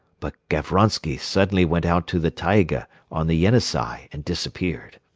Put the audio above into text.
but gavronsky suddenly went out to the taiga on the yenisei and disappeared.